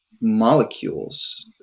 molecules